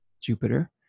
Jupiter